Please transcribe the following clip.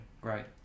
great